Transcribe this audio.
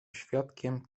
świadkiem